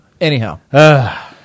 Anyhow